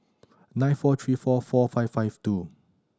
nine four three four four five five two